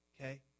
okay